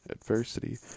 adversity